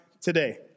today